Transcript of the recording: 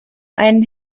einen